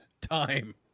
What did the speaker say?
time